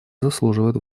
заслуживает